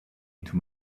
into